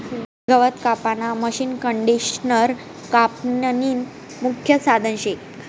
गवत कापानं मशीनकंडिशनर कापनीनं मुख्य साधन शे